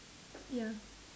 ya